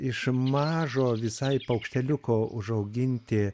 iš mažo visai paukšteliuko užauginti